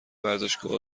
ورزشگاه